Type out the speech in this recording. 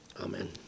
Amen